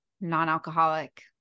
non-alcoholic